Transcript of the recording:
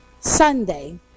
Sunday